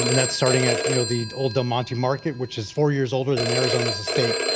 i mean that's starting at you know the old del monte market, which is four years older than arizona as a state.